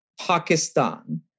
Pakistan